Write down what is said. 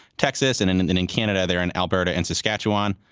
texas. and and and in in canada, they're in alberta and saskatchewan.